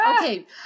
Okay